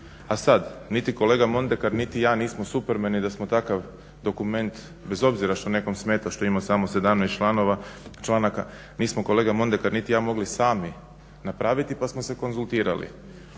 A sad, niti kolega Mondekar niti ja nismo supermeni da smo takav dokument bez obzira što nekom smeta što ima samo 17 članaka nismo kolega Mondekar niti ja mogli sami napraviti pa smo se konzultirali